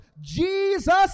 Jesus